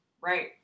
right